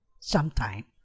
sometime